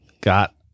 got